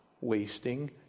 wasting